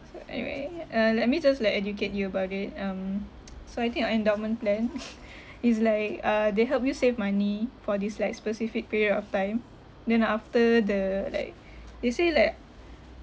so anyway uh let me just like educate you about it um so I think a endowment plan is like uh they help you save money for this like specific period of time then after the like they say like